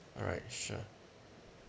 alright sure